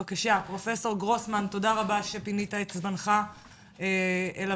תודה רבה שפינית את זמנך לוועדה.